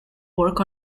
work